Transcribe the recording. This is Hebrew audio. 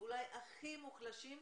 אולי הכי מוחלשים,